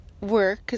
work